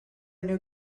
new